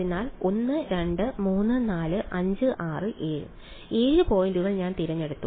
അതിനാൽ 1 2 3 4 5 6 7 7 പോയിന്റുകൾ ഞാൻ തിരഞ്ഞെടുത്തു